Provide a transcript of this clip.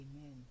amen